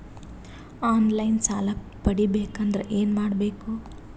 On line ಸಾಲ ಪಡಿಬೇಕಂದರ ಏನಮಾಡಬೇಕು?